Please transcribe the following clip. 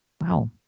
Wow